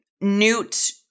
Newt